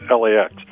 LAX